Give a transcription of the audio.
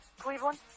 Cleveland